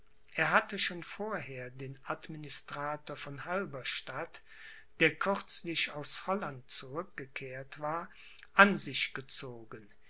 er hatte schon vorher den administrator von halberstadt der kürzlich aus holland zurückgekehrt war an sich gezogen